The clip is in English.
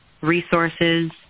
resources